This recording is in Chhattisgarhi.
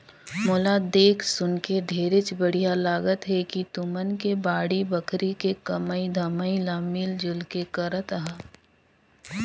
मोला देख सुनके ढेरेच बड़िहा लागत हे कि तुमन के बाड़ी बखरी के कमई धमई ल मिल जुल के करत अहा